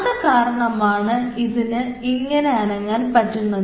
അത് കാരണമാണ് ഇതിന് ഇങ്ങനെ അനങ്ങാൻ പറ്റുന്നത്